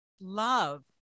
love